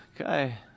Okay